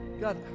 God